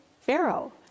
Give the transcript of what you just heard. Pharaoh